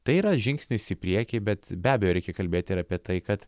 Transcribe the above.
tai yra žingsnis į priekį bet be abejo reikia kalbėti ir apie tai kad